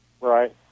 Right